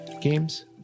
games